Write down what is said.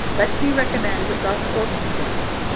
let me recommend buff orpingtons.